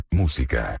música